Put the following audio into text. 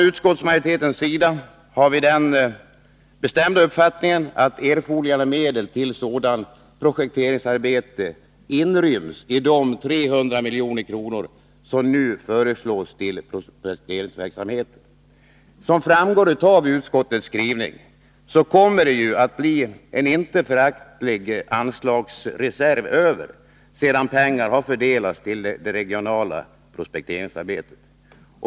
Utskottsmajoriteten har den bestämda uppfattningen att erforderliga medel för ett sådant prospekteringsarbete inryms i de 300 milj.kr. som nu föreslås till prospekteringsverksamheten. Som framgår av utskottets skrivning kommer det att bli en icke föraktlig anslagsreserv över sedan pengar har fördelats till det regionala prospekteringsarbetet.